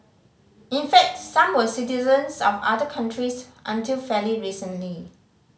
in fact some were citizens of other countries until fairly recently